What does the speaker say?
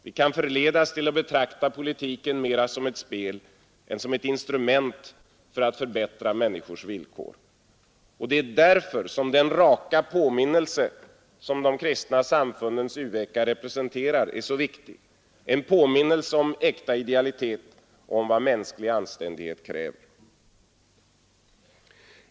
Vi kan förledas till att betrakta politiken mera som ett spel än som ett instrument för att förbättra människors villkor. Det är därför den raka påminnelse som de kristna samfundens u-vecka representerar är så viktig — en påminnelse om äkta idealitet och om vad mänsklig anständighet kräver.